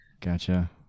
Gotcha